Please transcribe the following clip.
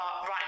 right